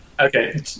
Okay